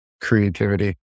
creativity